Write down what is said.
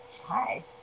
Hi